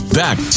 back